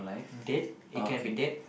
dead it can be dead